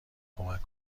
کمک